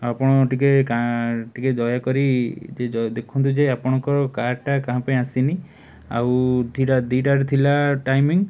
ଆପଣ ଟିକିଏ ଟିକିଏ ଦୟାକରି ଯେ ଦେଖନ୍ତୁ ଯେ ଆପଣଙ୍କ କାର୍ଟା କ'ଣ ପାଇଁ ଆସିନି ଆଉ ଦୁଇଟାରେ ଥିଲା ଟାଇମିଂ